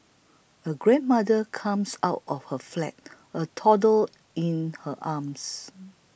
a grandmother comes out of her flat a toddler in her arms